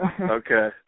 Okay